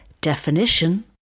Definition